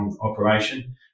operation